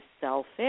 Selfish